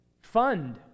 fund